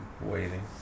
Waiting